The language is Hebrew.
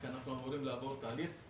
כי אנחנו אמורים לעבור תהליך.